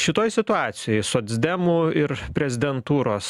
šitoj situacijoj socdemų ir prezidentūros